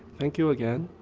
thank you again.